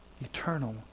Eternal